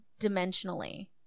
dimensionally